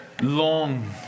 long